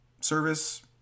service